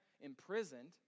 imprisoned